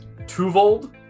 Tuvold